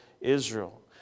Israel